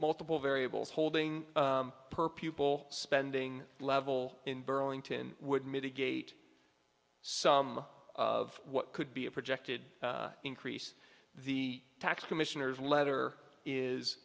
multiple variables holding per pupil spending level in burlington would mitigate some of what could be a projected increase the tax commissioner's letter is